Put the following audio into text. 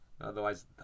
Otherwise